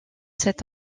cet